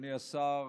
אדוני השר,